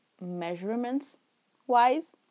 measurements-wise